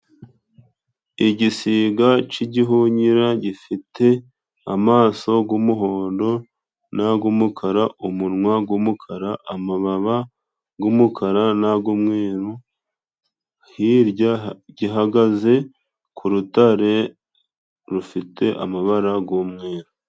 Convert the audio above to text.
Igisiga c'igihunyira gifite amaso g'umuhondo na g'umukara, umunwa g'umukara amababa g'umukara nag'umweru hirya gihagaze ku rutare rufite amabara g'umweru.